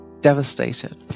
devastated